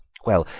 well,